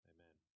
Amen